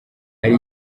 hari